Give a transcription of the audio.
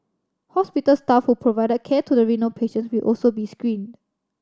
hospital staff who provided care to the renal patients will also be screened